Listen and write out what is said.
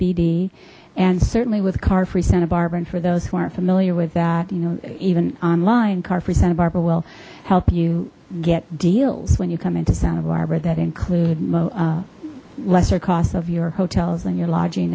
bd and certainly with car free santa barbara and for those who aren't familiar with that you know even online car for santa barbara will help you get deals when you come into santa barbara that include lesser cost of your hotels and your lodging